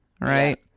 Right